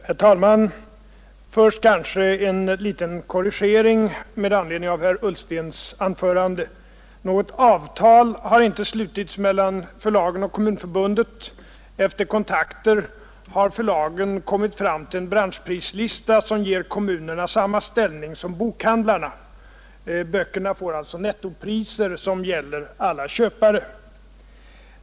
Herr talman! Först en liten korrigering med anledning av herr Ullstens anförande. Något avtal har inte slutits mellan förlagen och Kommunförbundet. Efter kontakter har förlagen kommit fram till en branschprislista som ger kommunerna samma ställning som bokhandlarna. Böckerna får alltså nettopriser som gäller alla köpare.